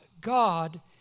God